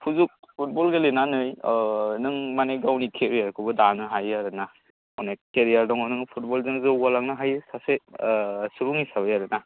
football गेलेनानै नों माने गावनि केरियारखौबो दानो हायो आरो ना अनेक केरियार दं नोङो फुटबलजोंबो जौगालांनो हायो सुबुं हिसाबै आरो ना